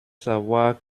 savoir